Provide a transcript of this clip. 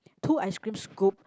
two ice cream scoop